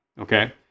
Okay